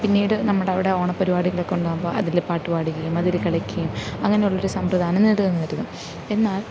പിന്നീട് നമ്മുടെ അവിടെ ഓണപ്പരിപാടികളൊക്കെ ഉണ്ടാകുമ്പോൾ അതിൽ പാട്ട് പാടുകയും അതിൽ കളിക്കുകയും അങ്ങനെയുള്ളൊരു സമ്പ്രദായം നിലനിന്നിരുന്നു എന്നാൽ